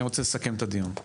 אני רוצה לסכם את הדיון.